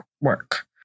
work